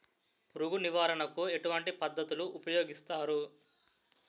పురుగు నివారణ కు ఎటువంటి పద్ధతులు ఊపయోగిస్తారు?